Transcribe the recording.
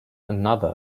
another